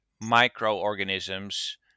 microorganisms